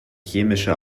chemische